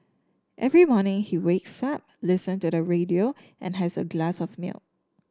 every morning he wakes up listen to the radio and has a glass of milk